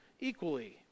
equally